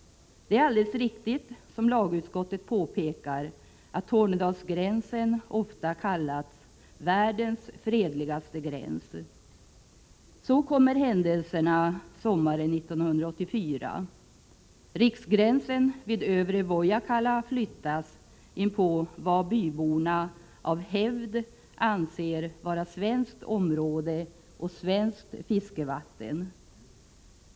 Det är alldeles riktigt, som lagutskottet påpekar, att Tornedalsgränsen ofta kallats ”världens fredligaste gräns”. Så kommer händelserna sommaren 1984; riksgränsen vid Övre Vojakkala flyttas in på vad byborna av hävd anser vara svenskt område och svenskt fiskevatten.